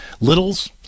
littles